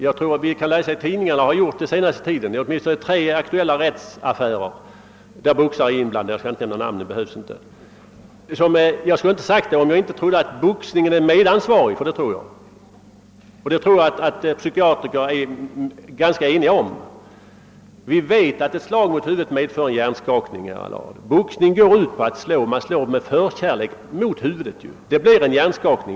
Vi har den senaste tiden kunnat läsa i tidningarna om åtminstone tre aktuella rättsaffärer, där boxare är inblandade — jag behöver inte nämna några namn. Jag skulle inte sagt detta om jag inte trott att boxningen är medansvarig. Det tror jag också att psykiatriker är ganska eniga om. Vi vet att ett slag mot huvudet medför en hjärnskakning, herr Allard. Boxningen går ut på att slå, och man slår med förkärlek mot huvudet. Det blir en hjärnskakning.